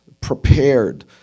prepared